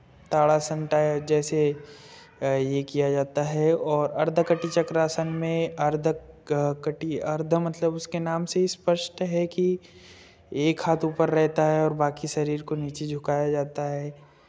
ताड़ासन जैसे ये किया जाता है और अर्द्धकटी चक्रासन में अर्द्ध कटी अर्द्ध मतलब उसके नाम से ही स्पष्ट है कि एक हाथ ऊपर रहता है और बाँकी शरीर को नीचे झुकाया जाता है